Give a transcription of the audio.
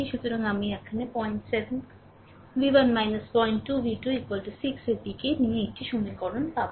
সুতরাং আপনি এখানে পয়েন্ট সাত v1 পয়েন্ট 2v2 6 এর দিক দিয়ে একটি সমীকরণ পাবেন